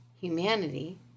humanity